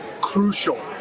crucial